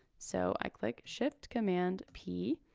so i click shift command p,